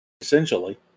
Essentially